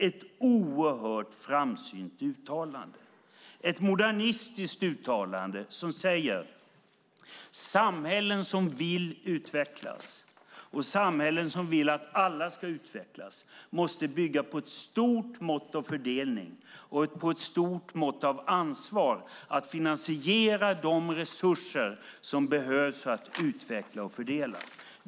Det är ett oerhört framsynt uttalande, ett modernistiskt uttalande som säger: Samhällen som vill utvecklas och vill att alla ska utvecklas måste bygga på ett stort mått av fördelning och på ett stort mått av ansvar för att finansiera de resurser som behövs för att utveckla och fördela.